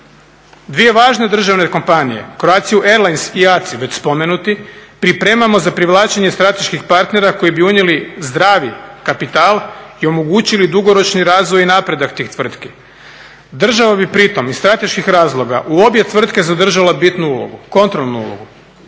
Dvije važne državne kompanije, Croatiu Airlines i ACI već spomenuti, pripremamo za privlačenje strateških partnera koji bi unijeli zdravi kapital i omogućili dugoročni razvoj i napredak tih tvrtki. Država bi pritom iz strateških razloga u obje tvrtke zadržala bitnu ulogu, kontrolnu ulogu.